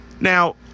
Now